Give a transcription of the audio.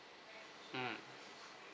mm